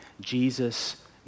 Jesus